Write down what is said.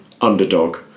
underdog